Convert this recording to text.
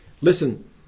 Listen